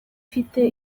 mfite